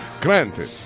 Granted